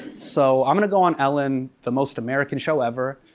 so, i'm gonna go on ellen, the most american show ever,